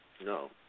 No